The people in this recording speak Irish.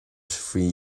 faoi